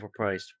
overpriced